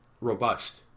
robust